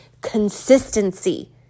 consistency